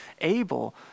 able